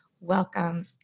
Welcome